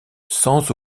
sans